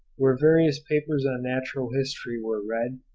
where various papers on natural history were read,